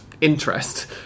interest